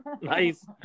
Nice